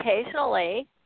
occasionally